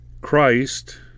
Christ